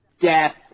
death